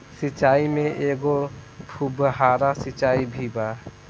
सिचाई में एगो फुव्हारा सिचाई भी बा